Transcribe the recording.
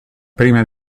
prima